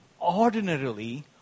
ordinarily